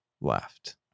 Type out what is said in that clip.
left